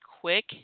quick